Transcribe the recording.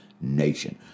nation